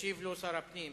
ישיב לו שר הפנים.